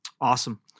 awesome